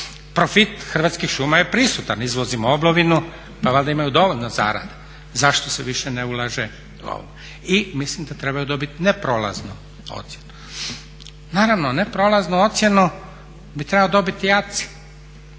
Profit Hrvatskih šuma je prisutan. Izvozimo oblovinu pa valjda imaju dovoljno zarade, zašto se više ne ulaže. I mislim da trebaju dobiti neprolaznu ocjenu. Naravno neprolaznu ocjenu bi trebao dobiti i